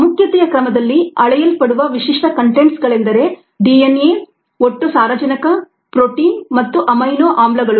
ಪ್ರಾಮುಖ್ಯತೆಯ ಕ್ರಮದಲ್ಲಿ ಅಳೆಯಲ್ಪಡುವ ವಿಶಿಷ್ಟ ಕಂಟೆಂಟ್ಸಗಳೆಂದರೆ ಡಿಎನ್ಎ ಒಟ್ಟು ಸಾರಜನಕ ಪ್ರೋಟೀನ್ ಮತ್ತು ಅಮೈನೊ ಆಮ್ಲ ಗಳು